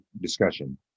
discussion